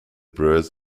brewers